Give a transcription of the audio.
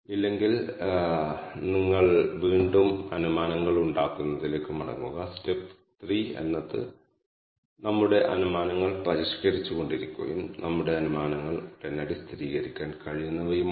ഈ ട്രിപ്പ് ക്ലസ്റ്ററിന് ചില കൂടുതൽ വിവരങ്ങൾ ഉണ്ട് അത് within clusters sum of squares എന്നറിയപ്പെടുന്നു